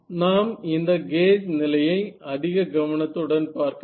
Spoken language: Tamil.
நாம் இந்த கேஜ் நிலையை அதிக கவனத்துடன் பார்க்க வேண்டும்